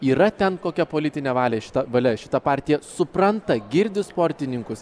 yra ten kokia politine valia šita valia šita partija supranta girdi sportininkus